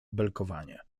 belkowanie